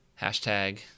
hashtag